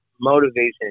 motivation